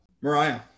mariah